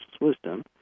wisdom